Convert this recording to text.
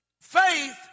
faith